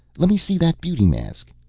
lemme see that beauty mask!